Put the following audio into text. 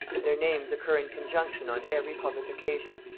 their names occur in conjunction on every public occasion,